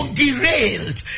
derailed